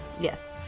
Yes